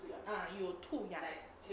ah 有兔牙